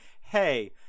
hey